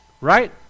right